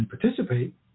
participate